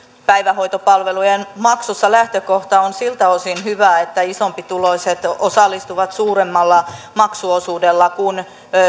päivähoitopalvelujen maksussa lähtökohta on siltä osin hyvä että isompituloiset osallistuvat suuremmalla maksuosuudella kuin